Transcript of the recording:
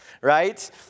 right